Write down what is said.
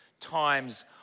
times